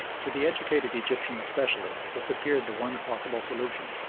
to the educated egyptian especially this appeared the one possible solution.